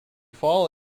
fall